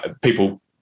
people